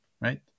right